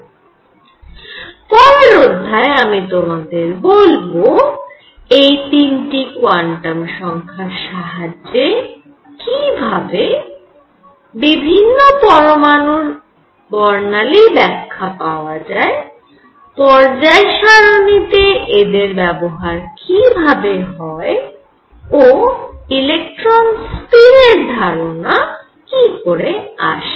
পরের অধ্যায়ে আমি তোমাদের বলব এই তিনটি কোয়ান্টাম সংখ্যার সাহায্যে কি ভাবে বিভিন্ন পরমাণুর বর্ণালীর ব্যাখ্যা পাওয়া যায় পর্যায় সারণি তে এদের ব্যবহার কি ভাবে হয় ও ইলেকট্রন স্পিনের ধারণা কি করে আসে